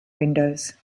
windows